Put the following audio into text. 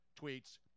tweets